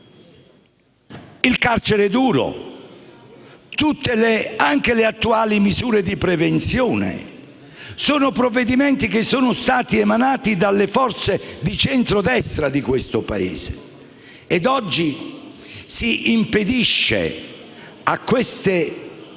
Il carcere duro, ma anche le attuali misure di prevenzione, sono provvedimenti che sono stati emanati delle forze di centrodestra di questo Paese, ed oggi si impedisce a queste stesse